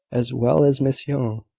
as well as miss young,